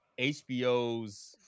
HBO's